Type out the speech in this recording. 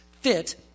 fit